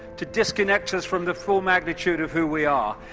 to disconnect us from the full magnitude of who we are,